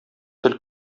тел